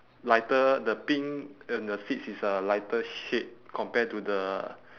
lighter the pink and the seats is a lighter shade compared to the